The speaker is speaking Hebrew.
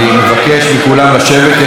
אני מבקש מכולם לשבת.